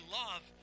love